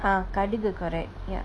ah kadugu correct ya